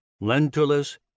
Lentulus